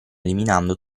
eliminando